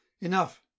Enough